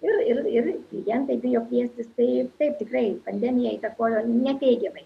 ir ir ir klientai bijo kviestis tai taip tikrai pandemija įtakojo ne teigiamai